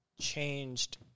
changed